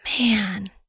man